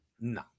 No